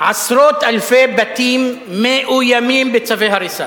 עשרות אלפי בתים מאוימים בצווי הריסה.